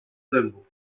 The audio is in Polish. zębów